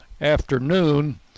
afternoon